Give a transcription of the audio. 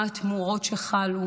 מה התמורות שחלו.